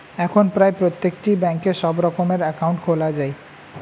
এখন প্রায় প্রত্যেকটি ব্যাঙ্কে সব রকমের অ্যাকাউন্ট খোলা যায়